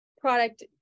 product